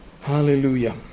Hallelujah